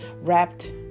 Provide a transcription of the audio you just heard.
wrapped